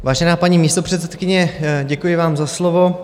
Vážená paní místopředsedkyně, děkuji vám za slovo.